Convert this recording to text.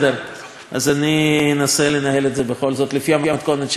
אז אני אנסה לנהל את זה בכל זאת לפי המתכונת של הצעה לסדר-היום,